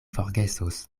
forgesos